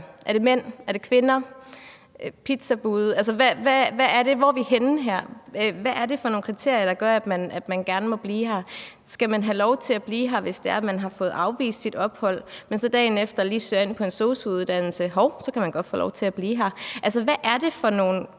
Er det mænd, er det kvinder, er det pizzabude? Hvor er vi henne her? Hvad er det for nogle kriterier, der gør, at man gerne må blive her? Skal man have lov til at blive her, hvis man har fået afvist sit ophold, men man så dagen efter lige søger ind på en sosu-uddannelse? Hov, så kan man godt få lov til at blive her. Altså, hvad er det for nogle ordninger,